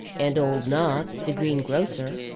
and old nobbs, the greengrocer.